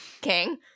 King